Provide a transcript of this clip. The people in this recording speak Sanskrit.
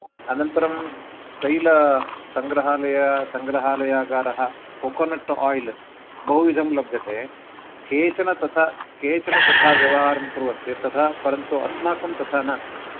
अनन्तरं तैलसङ्ग्रहालय सङ्ग्रहालयागारः कोकोनट् ओयल् बहुविधं लभ्यते केचन तथा केचन तथा व्यवहारं कुर्वन्ति तथा परन्तु अस्माकं तथा न